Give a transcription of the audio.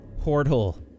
portal